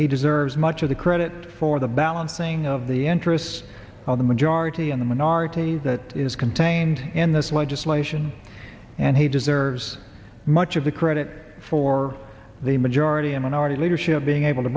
he deserves much of the credit for the balancing of the interests of the majority and the minorities that is contained in this legislation and he deserves much of the credit for the majority and minority leadership being able to